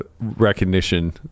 recognition